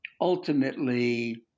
ultimately